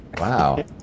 Wow